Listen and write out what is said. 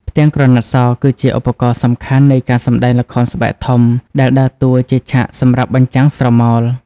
ផ្ទាំងក្រណាត់ស គឺជាឧបករណ៍សំខាន់នៃការសម្តែងល្ខោនស្បែកធំ ដែលដើរតួជាឆាកសម្រាប់បញ្ចាំងស្រមោល។